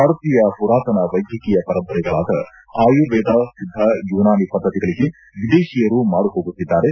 ಭಾರತೀಯ ಪುರಾತನ ವೈದ್ವಕೀಯ ಪರಂಪರೆಗಳಾದ ಆಯುರ್ವೇದ ಿದ್ದ ಯೂನಾನಿ ಪದ್ಧತಿಗಳಿಗೆ ವಿದೇಶಿಯರು ಮಾರುಹೋಗುತ್ತಿದ್ದಾರೆ